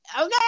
Okay